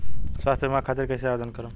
स्वास्थ्य बीमा खातिर कईसे आवेदन करम?